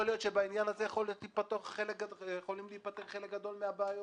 יכול להיות שעל ידי זה יכולות להיפתר חלק גדול מן הבעיות,